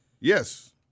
Yes